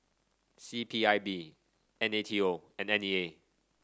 C P I B N A T O and N E A